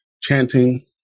chanting